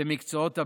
במקצועות הבריאות,